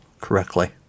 correctly